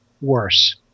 worse